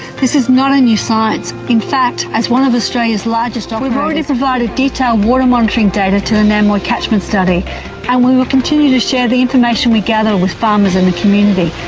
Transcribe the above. this is not a new science. in fact as one of australia's largest operators, we've already provided detailed water monitoring data to the namoi catchment study and we will continue to share the information we gather with farmers and the community.